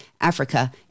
Africa